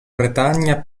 bretagna